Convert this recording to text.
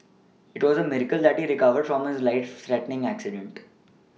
it was a miracle that he recovered from his life threatening accident